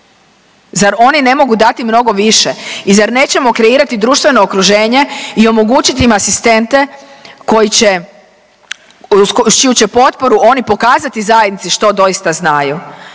zar oni ne mogu dat im mnogo više i zar nećemo kreirati društveno okruženje i omogućiti im asistente koji će, s čiju će potporu oni pokazati zajednici što doista znaju